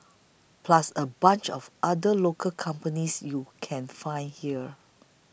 plus a bunch of other local companies you can find here